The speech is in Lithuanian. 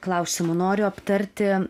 klausimu noriu aptarti